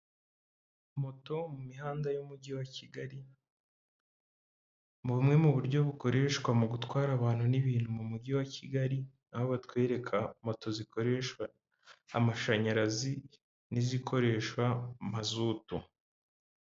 Moto mu mihanda y'umujyi wa Kigali, mu bumwe mu buryo bukoreshwa mu gutwara abantu n'ibintu mu mujyi wa Kigali. Aho batwereka moto zikoresha amashanyarazi n'izikoresha mazutu.